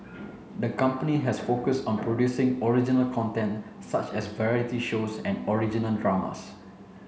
the company has focused on producing original content such as variety shows and original dramas